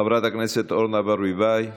חברת הכנסת אורנה ברביבאי,